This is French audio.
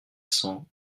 cent